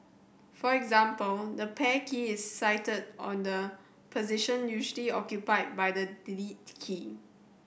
for example the Pair key is sited on the position usually occupied by the Delete key